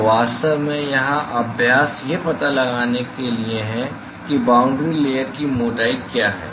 तो वास्तव में यहाँ अभ्यास यह पता लगाने के लिए है कि बाॅन्ड्री लेयर की मोटाई क्या है